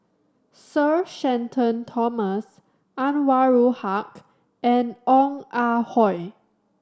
Sir Shenton Thomas Anwarul Haque and Ong Ah Hoi